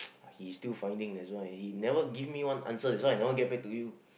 he still finding that's why he never give me one answer that's why I never get back to you